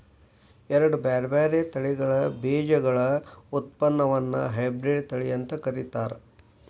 ಎರಡ್ ಬ್ಯಾರ್ಬ್ಯಾರೇ ತಳಿಗಳ ಬೇಜಗಳ ಉತ್ಪನ್ನವನ್ನ ಹೈಬ್ರಿಡ್ ತಳಿ ಅಂತ ಕರೇತಾರ